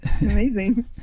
Amazing